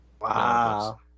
Wow